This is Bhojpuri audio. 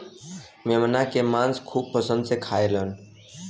मेमना के मांस खूब पसंद से खाएलन